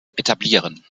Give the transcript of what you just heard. etablieren